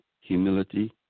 humility